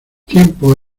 tiempo